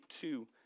two